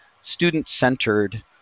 student-centered